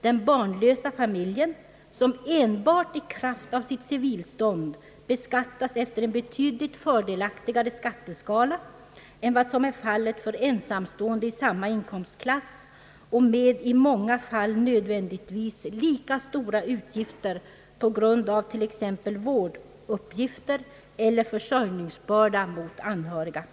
den barnlösa familjen, som enbart i kraft av sitt civilstånd beskattas efter en betydligt fördelaktigare skatteskala än vad som är fallet för ensamstående i samma inkomstklass och med i många fall nödvändigtvis lika stora utgifter på grund av t.ex. vårduppgifter eller försörjningsbörda mot anhöriga.